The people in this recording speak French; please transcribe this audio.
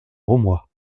roumois